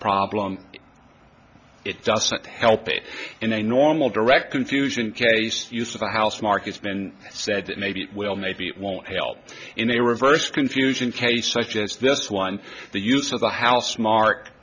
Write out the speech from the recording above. problem it doesn't help it in a normal direct confusion case use of the house mark it's been said that maybe it will maybe it won't help in a reversed confusion case such as this one the use of the house mark